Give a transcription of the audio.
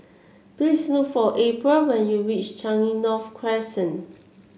please look for April when you reach Changi North Crescent